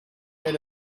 read